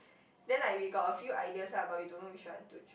then like we got a few ideas lah but we don't know which one to ch~